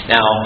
Now